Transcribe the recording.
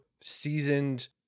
seasoned